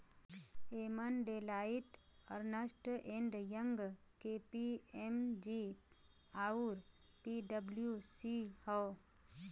एमन Deloitte, Ernst and Young, KPMG आउर पी.डब्ल्यू.सी हौ